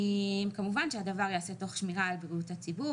כמובן שהדבר ייעשה תוך שמירה על בריאות הציבור